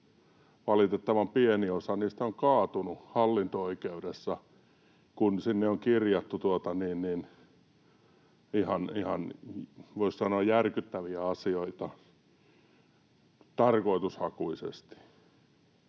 valitettavan pieni osa niistä on kaatunut hallinto-oikeudessa, kun sinne on kirjattu, voisi sanoa, järkyttäviä asioita tarkoitushakuisesti.